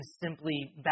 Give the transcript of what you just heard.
simply